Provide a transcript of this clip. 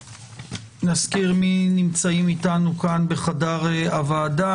נזכיר מי נמצאים אותנו כאן בחדר הוועדה.